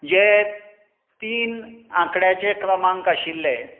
जे तीन आंकड्याचे क्रमांक आशिल्ले